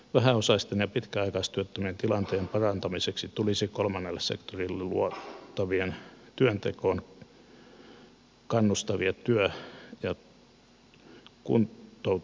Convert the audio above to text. vähäosaisten ja pitkäaikaistyöttömien tilanteen parantamiseksi tulisi kolmannelle sektorille luoda työntekoon kannustavia työ ja kuntoutuspaikkoja